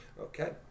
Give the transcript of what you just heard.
okay